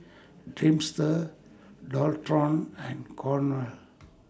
Dreamster Dualtron and Cornell